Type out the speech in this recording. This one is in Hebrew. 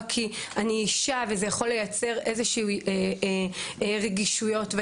כי אני אישה וזה יכול לייצר רגישויות כלשהן.